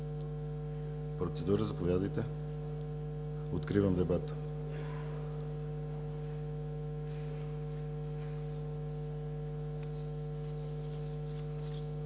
Процедура – заповядайте. Откривам дебата.